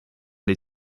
die